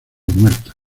muertas